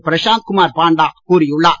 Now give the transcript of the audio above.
பிராஷாந்த் குமார் பாண்டா கூறியுள்ளார்